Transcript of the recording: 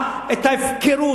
את ההפקרות,